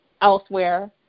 elsewhere